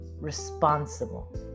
responsible